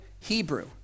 Hebrew